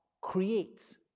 creates